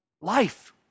Life